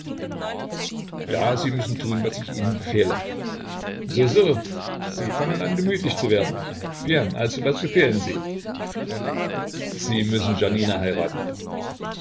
ja sie müssen tun was ich ihnen befehle so so sie fangen an gemütlich zu werden bien also was befehlen sie sie müssen janina heiraten